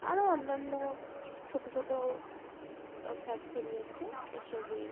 আরও অন্যান্য ছোটো ছোটো ফ্যাক্টরি আছে এসবই